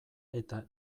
eta